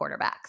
quarterbacks